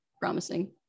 promising